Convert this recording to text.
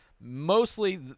mostly